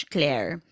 Claire